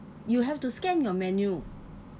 you have to scan your menu